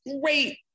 great